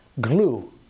Glue